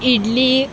idli